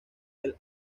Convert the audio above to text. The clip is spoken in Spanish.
del